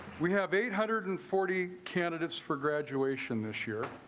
we have eight hundred and forty candidates for graduation this year.